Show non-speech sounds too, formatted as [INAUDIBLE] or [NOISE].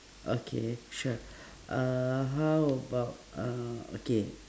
okay sure [BREATH] uhh how about uh okay